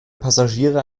passagiere